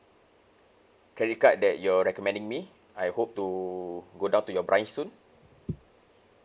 credit card that you're recommending me I hope to go down to your branch soon